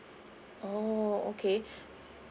oh okay